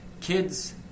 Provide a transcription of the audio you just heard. Kids